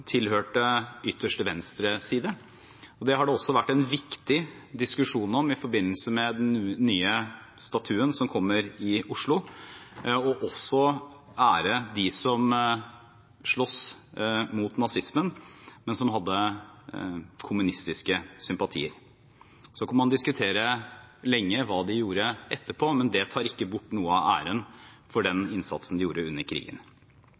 tilhørte ytterste venstreside, har det også vært en viktig diskusjon om i forbindelse med den nye statuen som kommer i Oslo, at man også ærer dem som sloss mot nazismen, men som hadde kommunistiske sympatier. Så kan man diskutere lenge hva de gjorde etterpå, men det tar ikke bort noe av æren for den innsatsen de gjorde under krigen.